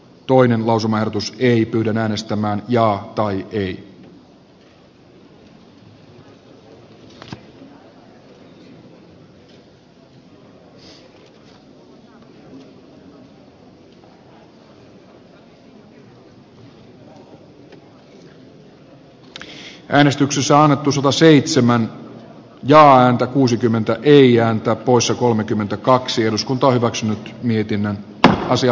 toinen lausumaehdotus ei tule äänestämään käsittelyn pohjana on osuva seitsemän ja anto kuusikymmentä eija rapuissa kolmekymmentäkaksi eduskunta hyväksyi mietinnän tämä asia